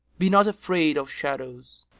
be not afraid of shadows.